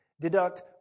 Deduct